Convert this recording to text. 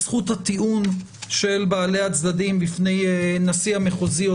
את זכות הטיעון של בעלי הצדדים בפני נשיא המחוזי או